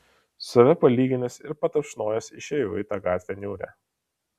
save palyginęs ir patapšnojęs išėjau į tą gatvę niūrią